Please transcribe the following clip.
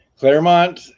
Claremont